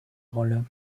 rolle